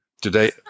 today